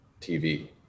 TV